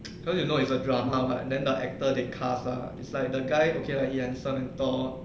cause you know it's a drama [what] and then the actor the cast ah is like the guy okay lah he handsome and tall